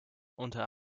unter